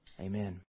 Amen